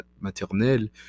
maternelle